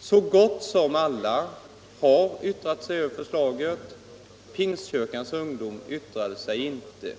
Så gott som alla har yttrat sig, Pingstkyrkans ungdom gjorde det inte.